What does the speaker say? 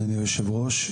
אדוני היושב ראש,